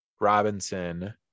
Robinson